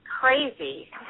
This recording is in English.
crazy